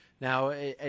Now